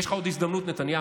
יש לך עוד הזדמנות, נתניהו.